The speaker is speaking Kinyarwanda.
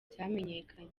byamenyekanye